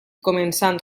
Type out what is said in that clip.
començant